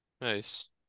Nice